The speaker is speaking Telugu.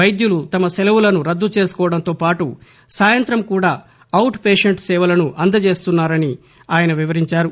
వైద్యులు తమ సెలవులను రద్దు చేసుకోవడంతో పాటు సాయంత్రం కూడా అవుట్ పేషెంట్ సేవలను అందజేస్తున్నారని ఆయన వివరించారు